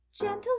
gentle